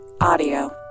Audio